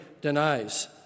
denies